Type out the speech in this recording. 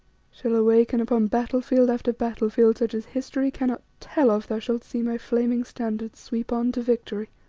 shall awake, and upon battlefield after battlefield such as history cannot tell of, thou shalt see my flaming standards sweep on to victory.